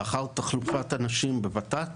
לאחר תחלופת אנשים בוות"ת